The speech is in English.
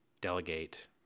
delegate